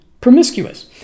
promiscuous